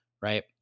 right